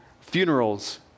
funerals